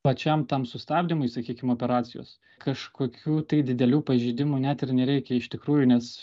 pačiam tam sustabdymui sakykim operacijos kažkokių didelių pažeidimų net ir nereikia iš tikrųjų nes